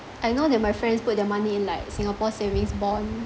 I know that my friends put their money in like singapore savings bond